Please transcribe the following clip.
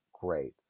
great